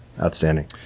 outstanding